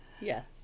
yes